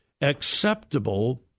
acceptable